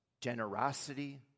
generosity